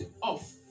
off